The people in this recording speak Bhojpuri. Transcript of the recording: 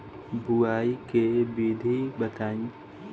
बुआई के विधि बताई?